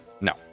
No